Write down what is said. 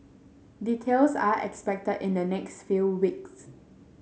details are expected in the next few weeks